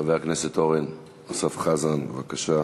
חבר הכנסת אורן אסף חזן, בבקשה.